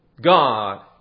God